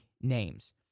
names